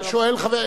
תודה רבה.